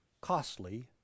costly